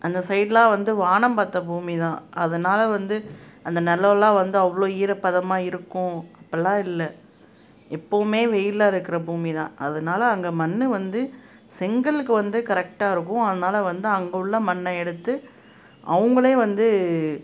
அந்த சைடெல்லாம் வந்து வானம் பார்த்த பூமிதான் அதனால் வந்து அந்த நிலம்லாம் வந்து அவ்வளோ ஈரப்பதமாக இருக்கும் அப்பிடிலாம் இல்லை எப்பவுமே வெயிலாக இருக்கிற பூமிதான் அதனால அங்கே மண் வந்து செங்கலுக்கு வந்து கரெக்டாக இருக்கும் அதனால் வந்து அங்கே உள்ள மண்ணை எடுத்து அவங்களே வந்து